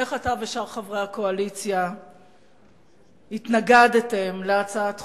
איך אתה ושאר חברי הקואליציה התנגדתם להצעת חוק,